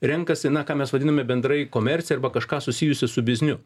renkasi na ką mes vadiname bendrai komercija arba kažką susijusiu su bizniu